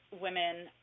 women